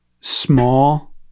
small